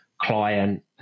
client